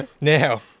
Now